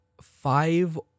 five